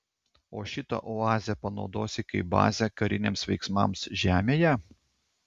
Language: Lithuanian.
o šitą oazę panaudosi kaip bazę kariniams veiksmams žemėje